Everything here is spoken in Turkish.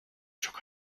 çok